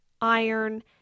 iron